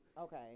Okay